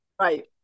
right